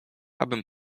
abym